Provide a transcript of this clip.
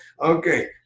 Okay